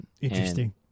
Interesting